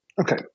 Okay